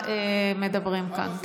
שלא יחזרו על הדברים.